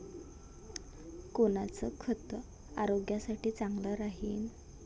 कोनचं खत आरोग्यासाठी चांगलं राहीन?